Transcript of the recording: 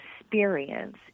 experience